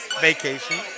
Vacation